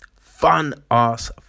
fun-ass